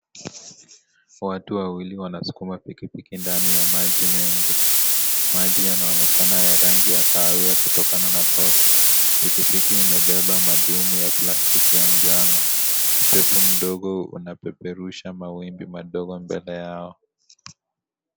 Watu wawili wanasukuma pikipiki ndani ya maji mengi. Maji yanaonekana ya rangi ya kahawia kutokana na tope. Pikipiki imebeba madumu ya plastiki ya njano. Upepo mdogo unapeperusha mawimbi madogo mbele yao.